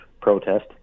protest